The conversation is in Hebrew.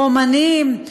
רומנים,